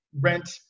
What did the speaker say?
rent